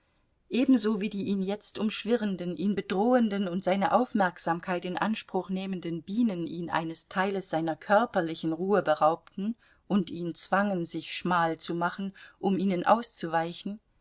ebenso wie die ihn jetzt umschwirrenden ihn bedrohenden und seine aufmerksamkeit in anspruch nehmenden bienen ihn eines teiles seiner körperlichen ruhe beraubten und ihn zwangen sich schmal zu machen um ihnen auszuweichen